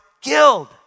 killed